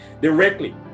directly